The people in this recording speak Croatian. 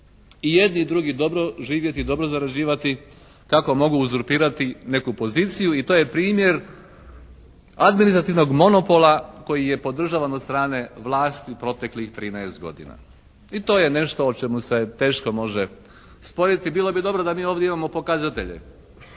I jedni i drugi dobro živjeti, dobro zarađivati kako mogu uzurpirati neku poziciju. I to je primjer administrativnog monopola koji je podržavan od strane vlasti proteklih 13 godina. I to je nešto o čemu se teško može sporiti. Bilo bi dobro da mi ovdje imamo pokazatelje